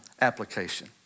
application